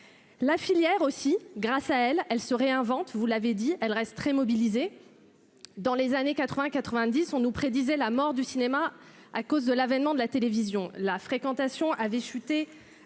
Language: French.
la filière aussi grâce à elle, elle se réinvente, vous l'avez dit-elle restent très mobilisés dans les années 80 90 on nous prédisait la mort du cinéma à cause de l'avènement de la télévision, la fréquentation avait chuté